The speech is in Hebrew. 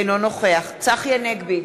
אינו נוכח צחי הנגבי,